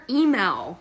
email